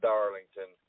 Darlington